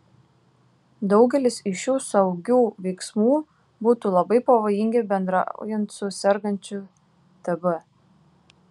daugelis iš šių saugių veiksmų būtų labai pavojingi bendraujant su sergančiu tb